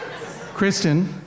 Kristen